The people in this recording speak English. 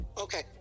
okay